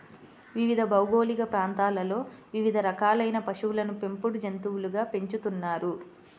వివిధ భౌగోళిక ప్రాంతాలలో వివిధ రకాలైన పశువులను పెంపుడు జంతువులుగా పెంచుతున్నారు